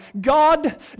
God